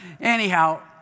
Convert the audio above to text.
anyhow